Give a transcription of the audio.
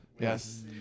Yes